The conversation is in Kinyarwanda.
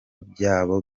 byabo